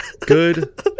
Good